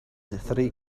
three